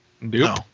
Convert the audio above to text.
No